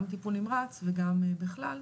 גם טיפול נמרץ וגם בכלל,